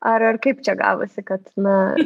ar ar kaip čia gavosi kad na